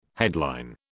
Headline